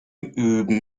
üben